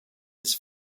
his